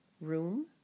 room